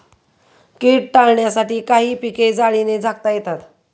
कीड टाळण्यासाठी काही पिके जाळीने झाकता येतात